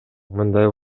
мындай